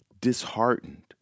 disheartened